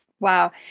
Wow